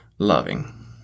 loving